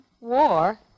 war